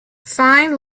fine